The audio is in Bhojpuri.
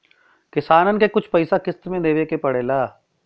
किसानन के कुछ पइसा किश्त मे देवे के पड़ेला